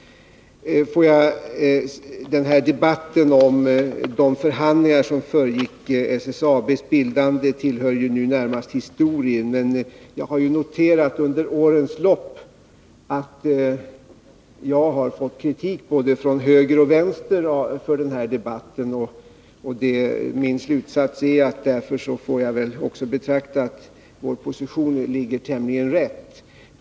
Debatten om de förhandlingar som föregick SSAB:s bildande tillhör nu närmast historien, men låt mig säga att jag under årens lopp har noterat att jag fått kritik både från höger och från vänster för denna debatt. Min slutsats är dock att vår position ligger tämligen rätt.